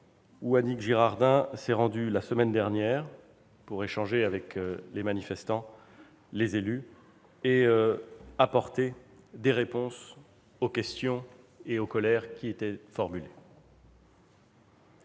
où Annick Girardin s'est rendue la semaine dernière pour échanger avec les manifestants, les élus et apporter des réponses aux questions et aux colères qui étaient formulées.